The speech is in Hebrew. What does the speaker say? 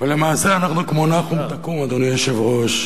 ולמעשה אנחנו כמו "נחום תקום", אדוני היושב-ראש,